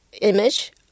image